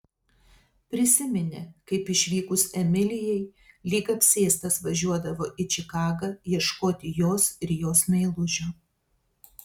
prisiminė kaip išvykus emilijai lyg apsėstas važiuodavo į čikagą ieškoti jos ir jos meilužio